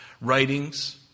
writings